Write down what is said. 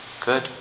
Good